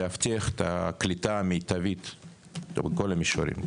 להבטיח את הקליטה המיטבית בכל המישורים.